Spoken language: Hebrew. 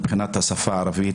מבחינת השפה הערבית,